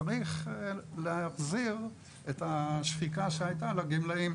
אז צריך להחזיר את השחיקה שהיתה לגמלאים.